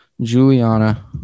Juliana